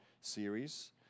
series